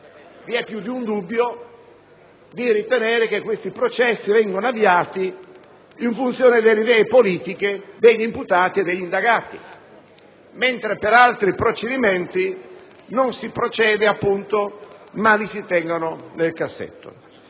vi è più di un dubbio di ritenere che questi processi vengano avviati in funzione delle idee politiche degli imputati e degli indagati, a discapito di altri procedimenti per i quali non si procede e li si tiene nel cassetto.